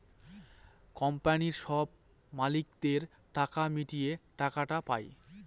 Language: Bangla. কোম্পানির সব মালিকদের টাকা মিটিয়ে টাকাটা পায়